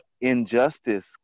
injustice